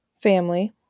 family